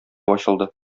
ачылды